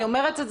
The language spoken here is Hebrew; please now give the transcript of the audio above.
אני אומרת,